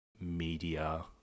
Media